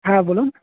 હા બોલો